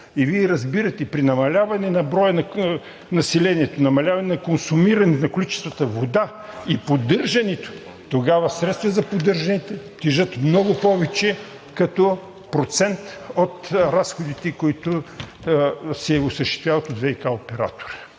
Вие разбирате – при намаляване на броя на населението, намаляване на консумирането на количествата вода средствата за поддържането тежат много повече като процент от разходите, които се осъществяват от ВиК оператора.